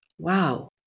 Wow